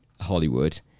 Hollywood